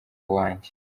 uwanjye